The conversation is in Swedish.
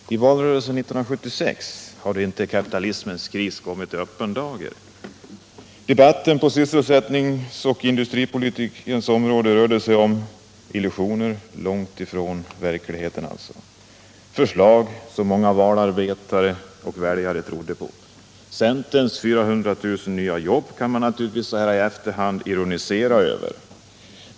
Herr talman! I valrörelsen 1976 hade kapitalismens kris inte kommit i öppen dag. Debatten på sysselsättningsoch industripolitikens område rörde sig om illusioner långt från verkligheten, förslag som många valarbetare och väljare trodde på. Centerns 400 000 nya jobb kan man naturligtvis i efterhand ironisera över i dag.